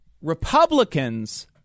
republicans